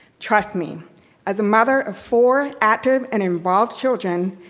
trust me as a mother of four active and involved children,